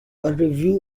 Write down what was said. review